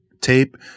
tape